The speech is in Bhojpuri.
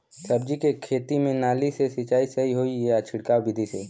सब्जी के खेती में नाली से सिचाई सही होई या छिड़काव बिधि से?